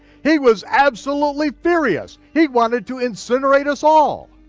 he was absolutely furious, he wanted to incinerate us all.